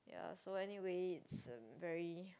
ya so anyway it's um very